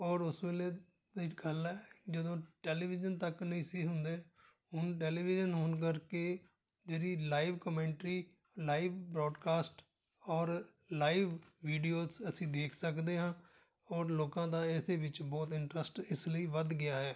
ਔਰ ਉਸ ਵੇਲੇ ਦੀ ਗੱਲ ਹੈ ਜਦੋਂ ਟੈਲੀਵਿਜ਼ਨ ਤੱਕ ਨਹੀਂ ਸੀ ਹੁੰਦੇ ਹੁਣ ਟੈਲੀਵਿਜ਼ਨ ਹੋਣ ਕਰਕੇ ਜਿਹਦੀ ਲਾਈਵ ਕਮੈਂਟਰੀ ਲਾਈਵ ਬਰੋਡਕਾਸਟ ਔਰ ਲਾਈਵ ਵੀਡੀਓਸ ਅਸੀਂ ਦੇਖ ਸਕਦੇ ਹਾਂ ਔਰ ਲੋਕਾਂ ਦਾ ਇਹਦੇ ਵਿੱਚ ਬਹੁਤ ਇੰਟਰਸਟ ਇਸ ਲਈ ਵੱਧ ਗਿਆ ਹੈ